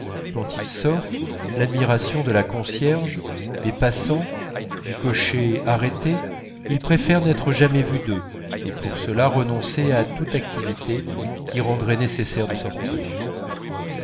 quand il sort l'admiration de la concierge des passants du cocher arrêté il préfère n'être jamais vu d'eux et pour cela renoncer à toute activité qui rendrait nécessaire de sortir